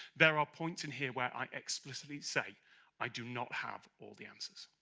there are points in here where i explicitly say i do not have all the answers.